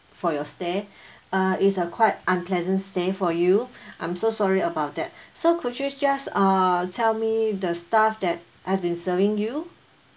for your stay uh it's a quite unpleasant stay for you I'm so sorry about that so could you just uh tell me the staff that has been serving you